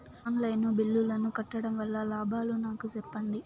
On line బిల్లుల ను కట్టడం వల్ల లాభాలు నాకు సెప్పండి?